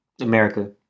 America